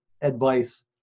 advice